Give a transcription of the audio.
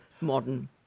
modern